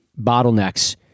bottlenecks